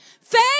Faith